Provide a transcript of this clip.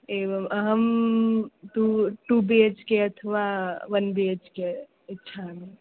एवम् अहं तु टु बिहेच्के अथवा वन् बिहेच्के इच्छामि